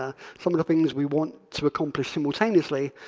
ah some of the things we want to accomplish simultaneously.